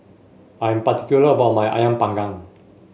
I am particular about my ayam Panggang